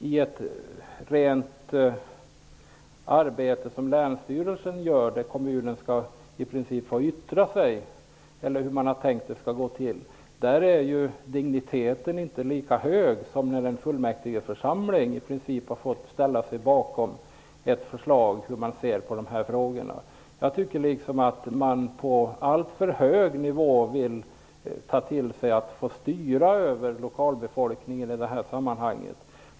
I ett arbete som länsstyrelsen gör där kommunen i princip skall få yttra sig är digniteten inte lika hög som när en fullmäktigeförsamling har fått ställa sig bakom ett förslag. Jag tycker att man på alltför hög nivå vill köra över lokalbefolkningen i sammanhanget.